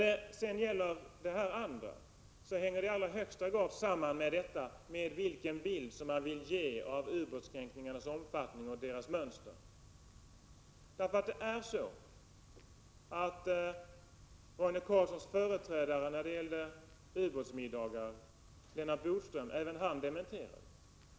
Den andra delen av frågeställningen hänger i högsta grad samman med vilken bild man vill ge av ubåtskränkningarnas omfattning och deras mönster. Det är nämligen så att Roine Carlssons företrädare när det gäller ubåtsmiddagar, Lennart Bodström, dementerade även han.